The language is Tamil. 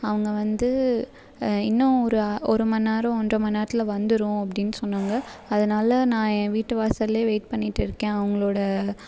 அவங்க வந்து இன்னும் ஒரு ஒரு மணி நேரம் ஒன்ரை மணிநேரத்துல வந்துடும் அப்படின்னு சொன்னாங்க அதனால நான் என் வீட்டு வாசல்லேயே வெயிட் பண்ணிகிட்டு இருக்கேன் அவங்களோட